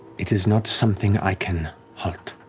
it is not something i can halt.